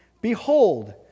Behold